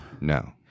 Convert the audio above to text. No